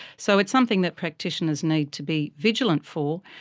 so it's something that practitioners need to be vigilant for.